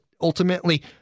ultimately